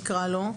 נקרא לו כך,